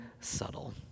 subtle